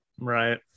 Right